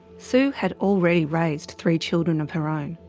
sue had already raised three children of her own,